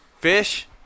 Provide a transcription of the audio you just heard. fish